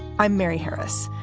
i'm mary harris.